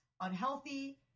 unhealthy